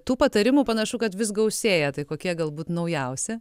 tų patarimų panašu kad vis gausėja tai kokie galbūt naujausi